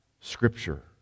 Scripture